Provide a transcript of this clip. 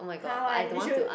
!huh! why you should